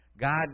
God